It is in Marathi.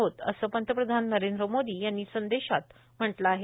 असं पंतप्रधान नरेंद्र मोदी यांनी संदेशात म्हटलं आहे